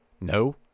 No